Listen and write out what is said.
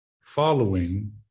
following